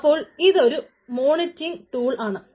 അപ്പോൾ ഇതൊരു monitoring tool ആണ്